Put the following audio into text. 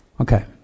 Okay